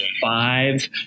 five